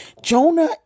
Jonah